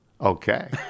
Okay